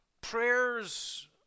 Prayers